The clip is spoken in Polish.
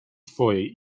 twojej